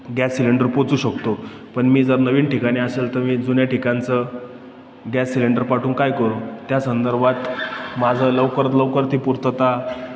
gas cylinder पोचू शकतो पण मी जर नवीन ठिकाणी असेल तर मी जुन्या ठिकाणचं गॅस सिलेंडर पाठवून काय करू त्या संदर्भात माझं लवकरात लवकर ती पूर्तता